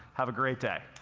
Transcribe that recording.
have a great day.